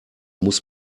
muss